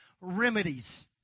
remedies